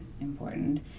important